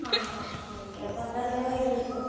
ആ okay okay അപ്പോൾ അതറിയാൻ വേണ്ടി വിളിച്ചതാണ്